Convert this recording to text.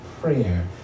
prayer